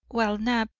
while knapp,